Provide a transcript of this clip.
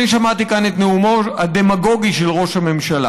אני שמעתי כאן את נאומו הדמגוגי של ראש הממשלה.